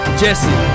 jesse